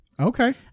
Okay